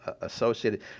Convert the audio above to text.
associated